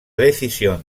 decisión